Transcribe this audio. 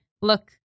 look